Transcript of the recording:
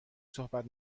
صحبت